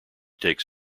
takes